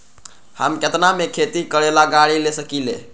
हम केतना में खेती करेला गाड़ी ले सकींले?